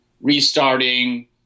restarting